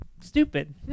stupid